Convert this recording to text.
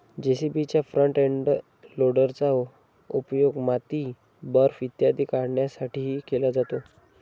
जे.सी.बीच्या front end लोडरचा उपयोग माती, बर्फ इत्यादी काढण्यासाठीही केला जातो